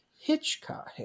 Hitchcock